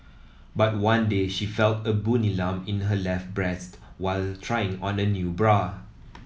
but one day she felt a bony lump in her left breast while trying on a new bra